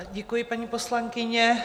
Děkuji, paní poslankyně.